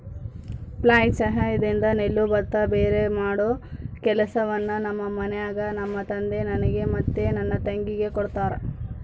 flail ಸಹಾಯದಿಂದ ನೆಲ್ಲು ಭತ್ತ ಭೇರೆಮಾಡೊ ಕೆಲಸವನ್ನ ನಮ್ಮ ಮನೆಗ ನಮ್ಮ ತಂದೆ ನನಗೆ ಮತ್ತೆ ನನ್ನ ತಂಗಿಗೆ ಕೊಡ್ತಾರಾ